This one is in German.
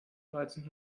dreizehn